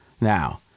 Now